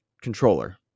controller